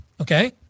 Okay